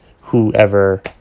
whoever